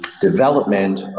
development